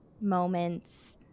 moments